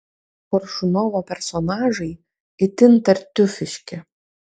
koršunovo personažai itin tartiufiški